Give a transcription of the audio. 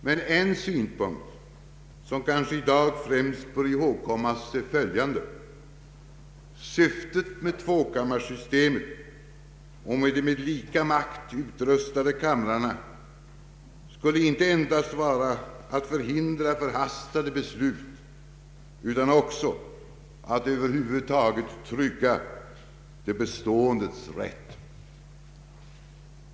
Men en synpunkt som kanske i dag främst bör ihågkommas är följande: Syftet med tvåkammarsystemet och de med lika makt utrustade kamrarna skulle inte endast vara att förhindra förhastade beslut utan också att över huvud taget trygga det beståendes rätt.